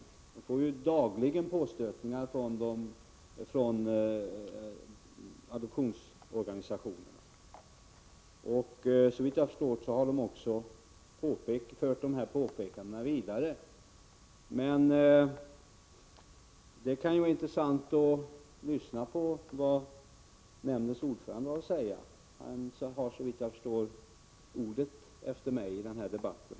Nämnden får ju dagligen påstötningar från adoptionsorganisationerna. Såvitt jag förstår har man också fört påpekandena vidare. Men det kan ju vara intressant att lyssna på vad nämndens ordförande har att säga — han har såvitt jag förstår ordet efter mig i den här debatten.